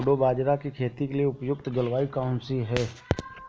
कोडो बाजरा की खेती के लिए उपयुक्त जलवायु कौन सी है?